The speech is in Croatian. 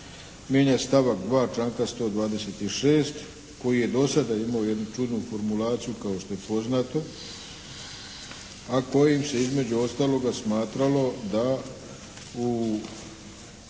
mijenja stavak 2. članka 126. koji je do sada imao jednu čudnu formulacija kao što je poznato, a kojim se između ostaloga smatralo da u